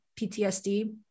PTSD